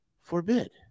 forbid